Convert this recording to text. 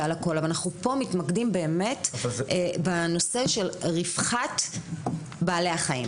אבל אנחנו מתמקדים בנושא של רווחת בעלי החיים.